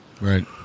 Right